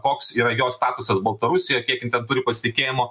koks yra jos statusas baltarusijoje kiek jin ten turi pasitikėjimo